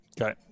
Okay